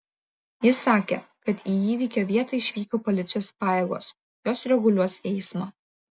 ji sakė kad į įvykio vietą išvyko policijos pajėgos jos reguliuos eismą